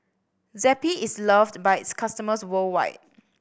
Zappy is loved by its customers worldwide